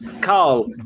Carl